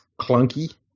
clunky